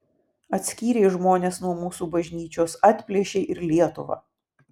atskyrei žmones nuo mūsų bažnyčios atplėšei ir lietuvą